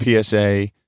PSA